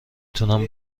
تونم